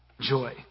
joy